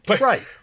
Right